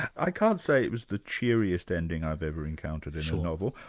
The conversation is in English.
i can't say it was the cheeriest ending i've ever encountered in a novel.